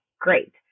great